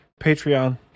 Patreon